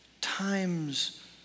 Times